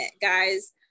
guys